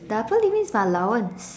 the upper limit is my allowance